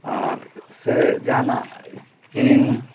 ᱟᱨ ᱥᱮ ᱡᱟᱦᱟᱱᱟᱜ ᱠᱤᱨᱤᱧ